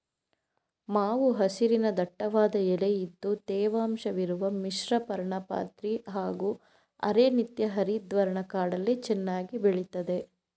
ಮಾವು ಹಸಿರಿನ ದಟ್ಟವಾದ ಎಲೆ ಇದ್ದು ತೇವಾಂಶವಿರುವ ಮಿಶ್ರಪರ್ಣಪಾತಿ ಹಾಗೂ ಅರೆ ನಿತ್ಯಹರಿದ್ವರ್ಣ ಕಾಡಲ್ಲಿ ಚೆನ್ನಾಗಿ ಬೆಳಿತದೆ